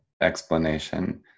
explanation